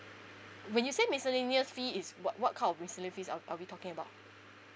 when you say miscellaneous fee is what what kind of miscellaneous fees are are we talking about